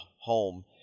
home